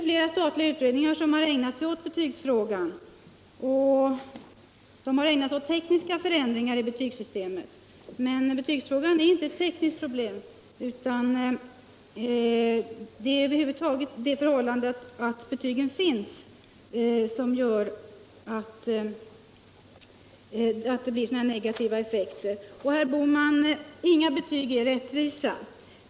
Flera statliga utredningar har ägnat sig åt betygsfrågan och har då diskuterat tekniska förändringar i betygssystemet. Men betygsfrågan är inte ett tekniskt problem, utan det är det förhållandet att betygen över huvud 91 taget finns som gör att det uppstår negativa effekter. Och, herr Bohman, inga betyg är rättvisa.